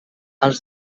els